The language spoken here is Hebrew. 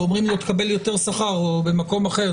ואומרים לו שהוא יקבל יותר שכר במקום אחר,